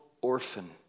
orphan